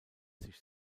sich